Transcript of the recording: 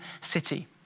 city